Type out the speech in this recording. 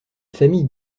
famille